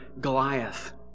Goliath